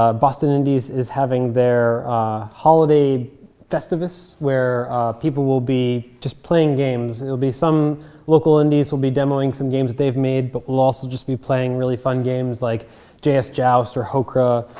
ah boston indies is having their holiday festivus where people will be just playing games. it'll be some local indies who'll be demoing some games that they've made, but we'll also just be playing really fun games like js joust or hokra.